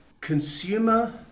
consumer